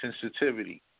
sensitivity